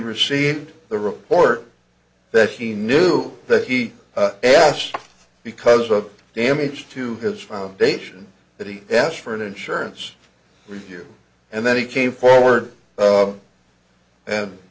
received the report that he knew that he asked because of damage to his foundation that he asked for an insurance review and then he came forward